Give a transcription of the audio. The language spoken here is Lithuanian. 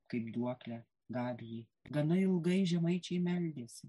kaip duoklę gabijai gana ilgai žemaičiai meldėsi